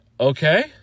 okay